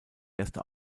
erste